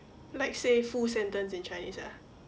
like say full sentence in chinese ah